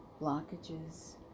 blockages